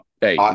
hey